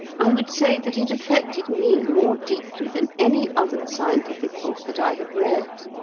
i would say that it affected me more deeply than any other scientific book that i have read.